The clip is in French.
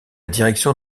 direction